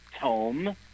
home